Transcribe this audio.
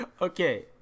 okay